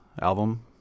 album